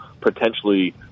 potentially